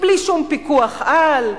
בלי שום פיקוח על,